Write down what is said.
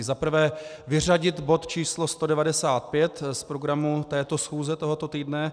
Za prvé vyřadit bod číslo 195 z programu této schůze tohoto týdne.